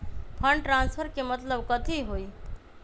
Fund transfer के मतलब कथी होई?